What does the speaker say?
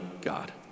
God